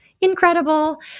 incredible